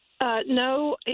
No